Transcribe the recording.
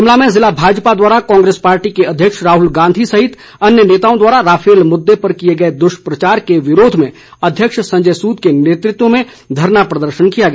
शिमला में जिला भाजपा द्वारा कांग्रेस पार्टी के अध्यक्ष राहुल गांधी सहित अन्य नेताओं द्वारा राफेल मुद्दे पर किए गए दुष्प्रचार के विरोध में अध्यक्ष संजय सूद के नेतृत्व में धरना प्रदर्शन किया गया